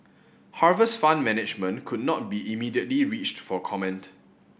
Harvest Fund Management could not be immediately reached for comment